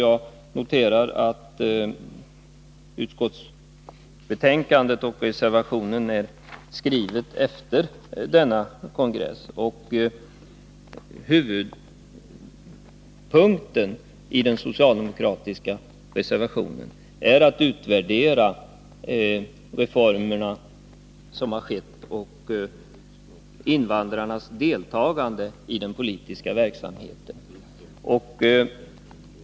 Jag noterar att utskottsbetänkandet och reservationen har skrivits efter denna kongress. Huvudpunkten i den socialdemokratiska reservationen är att man vill utvärdera de reformer som har skett och invandrarnas deltagande i den politiska verksamheten.